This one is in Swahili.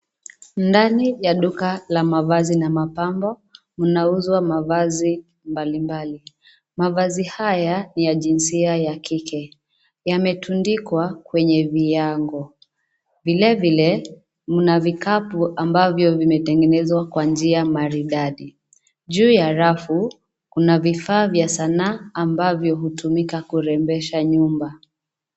Ndani ya duka la mavazi na mapambo mnauzwa mavazi mbalimbali. Mavazi haya ni ya jinsia ya kike, yametundikwa kwenye viango, vile vile mna vikapu ambavyo vimetengenezwa kwa njia maridadi. Juu ya rafu, kuna vifaa vya sanaa ambavyo hutumika kurembesha nyumba .